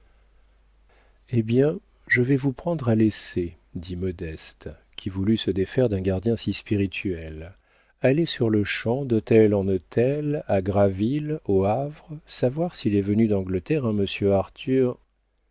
eh bien je vais vous prendre à l'essai dit modeste qui voulut se défaire d'un gardien si spirituel allez sur-le-champ d'hôtel en hôtel à graville au havre savoir s'il est venu d'angleterre un monsieur arthur